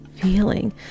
feeling